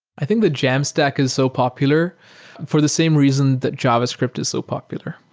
i think that jamstack is so popular for the same reason that javascript is so popular,